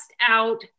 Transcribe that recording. out